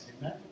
Amen